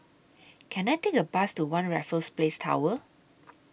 Can I Take A Bus to one Raffles Place Tower